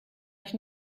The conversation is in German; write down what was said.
euch